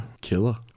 killer